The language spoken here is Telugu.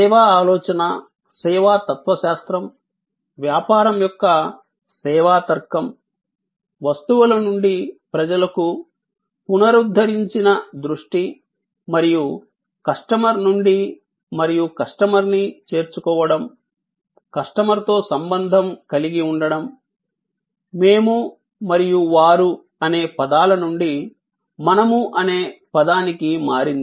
సేవా ఆలోచన సేవా తత్వశాస్త్రం వ్యాపారం యొక్క సేవా తర్కం వస్తువుల నుండి ప్రజలకు పునరుద్ధరించిన దృష్టి మరియు కస్టమర్ నుండి మరియు కస్టమర్ని చేర్చుకోవడం కస్టమర్తో సంబంధం కలిగి ఉండటం మేము మరియు వారు అనే పదాల నుండి మనము అనే పదానికి మారింది